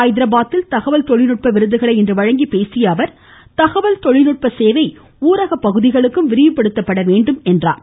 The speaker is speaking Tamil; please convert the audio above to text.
ஹைதராபாத்தில் தகவல் தொழில்நுட்ப விருதுகளை இன்று வழங்கி பேசிய அவர் தகவல் தொழில்நுட்ப சேவை ஊரகப் பகுதிகளுக்கும் விரிவுபடுத்தப்பட வேண்டும் என்றார்